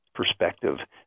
Perspective